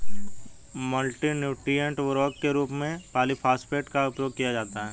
multi nutrient उर्वरक के रूप में पॉलिफॉस्फेट का उपयोग किया जाता है